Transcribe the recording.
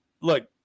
look